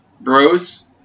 bros